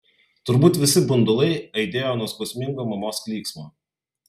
turbūt visi bundulai aidėjo nuo skausmingo mamos klyksmo